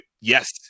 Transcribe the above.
Yes